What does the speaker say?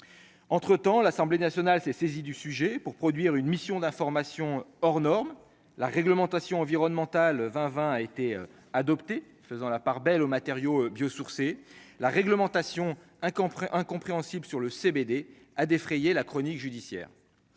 entre temps, l'Assemblée nationale s'est saisi du sujet pour produire une mission d'information hors norme, la réglementation environnementale vingt vingt a été adopté, faisant la part belle aux matériaux biosourcés la réglementation un camp près incompréhensible sur le CBD a défrayé la chronique judiciaire,